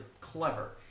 clever